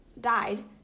died